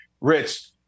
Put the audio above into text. Rich